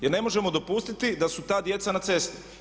Jer ne možemo dopustiti da su ta djeca na cesti.